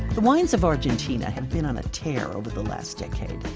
the wines of argentina have been on a tear over the last decade.